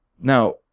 Now